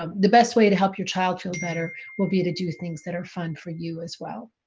um the best way to help your child feel better will be to do things that are fun for you as well.